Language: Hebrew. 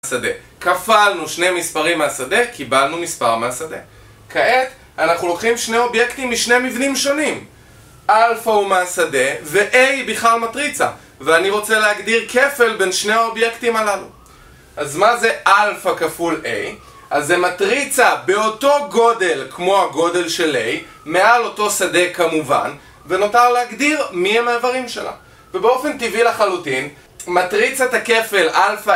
כפלנו שני מספרים מהשדה, קיבלנו מספר מהשדה כעת, אנחנו לוקחים שני אובייקטים משני מבנים שונים Alpha הוא מהשדה, ו-A היא בכלל מטריצה ואני רוצה להגדיר כפל בין שני האובייקטים הללו אז מה זה Alpha כפול A? אז זה מטריצה באותו גודל כמו הגודל של A מעל אותו שדה כמובן ונותר להגדיר מי הם האיברים שלה ובאופן טבעי לחלוטין מטריצת הכפל Alpha